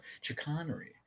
chicanery